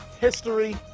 history